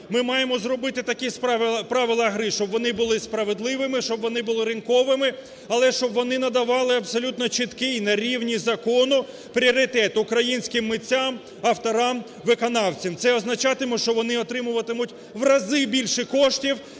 Ми маємо зробити такі правила гри, щоб вони були справедливими, щоб вони були ринковими, але щоб вони надавали абсолютно чіткий нарівні закону пріоритет українським митцям, автора, виконавцям. Це означатимуть, що вони отримуватимуть врази більше коштів